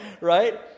right